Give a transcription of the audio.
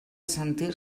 sentir